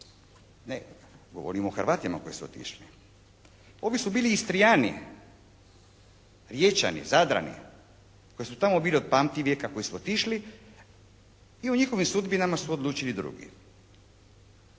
Govorim o Hrvatima koji su otišli. Ovi su bili Istrijani, Riječani, Zadrani koji su tamo bili od pamtivijeka, koji su otišli i o njihovim sudbinama su odlučili drugi.